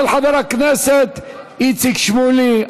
של חבר הכנסת איציק שמולי.